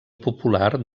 popular